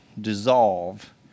dissolve